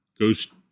Ghost